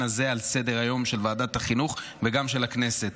הזה על סדר-היום של ועדת החינוך וגם של הכנסת.